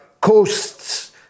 coasts